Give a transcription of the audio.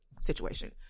situation